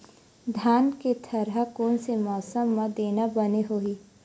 धान के थरहा कोन से मौसम म देना बने होही?